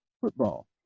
football